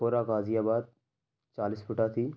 کھورا Ghaziabad چالیس فوٹا تھی